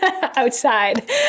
outside